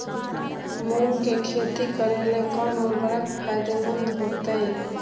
मुंग के खेती करेला कौन उर्वरक फायदेमंद होतइ?